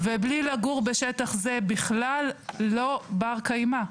ובלי לגור בשטח זה בכלל לא בר-קיימה.